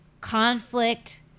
conflict